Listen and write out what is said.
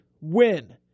win